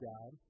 God